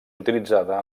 utilitzada